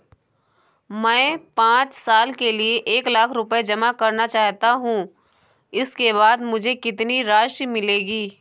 मैं पाँच साल के लिए एक लाख रूपए जमा करना चाहता हूँ इसके बाद मुझे कितनी राशि मिलेगी?